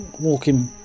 walking